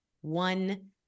one